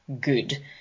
good